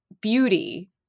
beauty